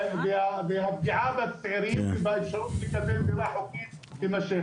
והפגיעה בצעירים תימשך.